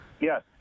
Yes